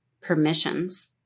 permissions